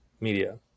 media